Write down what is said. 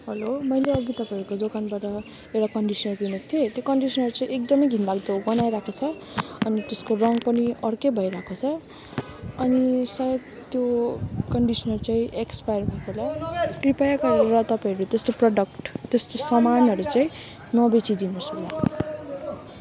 hello मैले अघि तपाईँहरूको दोकानबाट एउटा कन्डिसनर किनेको थिएँ त्यो कन्डिसनर चाहिँ एकदमै घिन लाग्यो गनाइरहेको छ अनि त्यसको रङ पनि अर्कै भइरहेको छ अनि सायद त्यो कन्डिसनर चाहिँ एक्सपायर भएको होला कृपया गरेर तपाईँहरू त्यस्तो प्रडक्ट त्यस्तो सामानहरू चाहिँ नबेचिदिनुहोस् होला